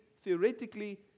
theoretically